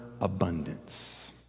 abundance